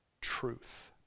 truth